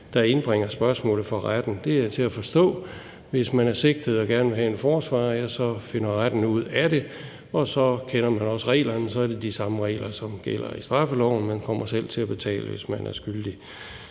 der indbringer spørgsmålet for retten. Det er til at forstå. Hvis man er sigtet og gerne vil have en forsvarer, finder retten ud af det. Så kender man også reglerne. Det er de samme regler, som gælder i straffeloven, hvor man selv kommer til at betale, hvis man er blevet